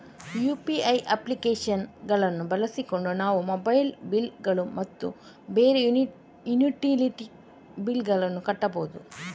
UPI application ಗಳನ್ನು ಬಳಸಿಕೊಂಡು ನಾವು ಮೊಬೈಲ್ ಬಿಲ್ ಗಳು ಮತ್ತು ಬೇರೆ ಯುಟಿಲಿಟಿ ಬಿಲ್ ಗಳನ್ನು ಕಟ್ಟಬಹುದು